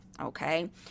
Okay